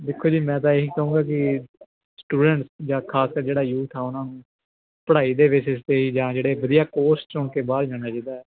ਦੇਖੋ ਜੀ ਮੈਂ ਤਾਂ ਇਹੀ ਕਹੂੰਗਾ ਕਿ ਸਟੂਡੈਂਟਸ ਜਾਂ ਖਾਸ ਆ ਜਿਹੜਾ ਯੂਥ ਆ ਉਹਨਾਂ ਨੂੰ ਪੜ੍ਹਾਈ ਦੇ ਬੇਸਿਸ 'ਤੇ ਜਾਂ ਜਿਹੜੇ ਵਧੀਆ ਕੋਰਸ ਚੁਣ ਕੇ ਬਾਹਰ ਜਾਣਾ ਚਾਹੀਦਾ